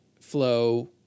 flow